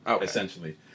Essentially